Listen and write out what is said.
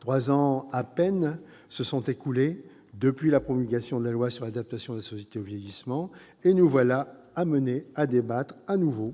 Trois ans à peine se sont écoulés depuis la promulgation de la loi relative à l'adaptation de la société au vieillissement et nous voilà amenés à débattre de nouveau